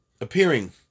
appearing